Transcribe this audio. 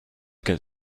get